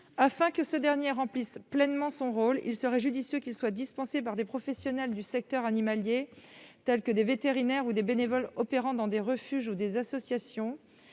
Afin qu'il remplisse pleinement son rôle, il serait judicieux que cet enseignement soit dispensé par des professionnels du secteur animalier tels que des vétérinaires ou des bénévoles intervenant dans des refuges ou des associations